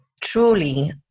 truly